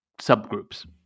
subgroups